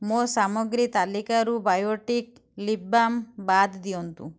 ମୋ ସାମଗ୍ରୀ ତାଲିକାରୁ ବାୟୋଟିକ୍ ଲିପ୍ ବାମ୍ ବାଦ ଦିଅନ୍ତୁ